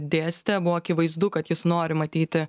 dėstė buvo akivaizdu kad jis nori matyti